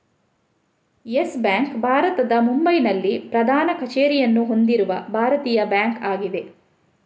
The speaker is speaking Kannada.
ಯೆಸ್ ಬ್ಯಾಂಕ್ ಭಾರತದ ಮುಂಬೈನಲ್ಲಿ ಪ್ರಧಾನ ಕಚೇರಿಯನ್ನು ಹೊಂದಿರುವ ಭಾರತೀಯ ಬ್ಯಾಂಕ್ ಆಗಿದೆ